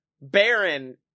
Baron